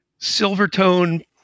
Silvertone